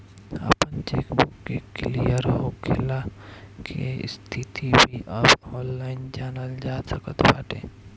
आपन चेकबुक के क्लियर होखला के स्थिति भी अब ऑनलाइन जनल जा सकत बाटे